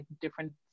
different